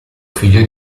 figlio